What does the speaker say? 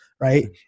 right